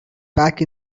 back